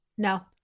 no